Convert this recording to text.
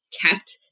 kept